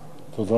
תודה רבה.